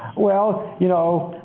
well, you know,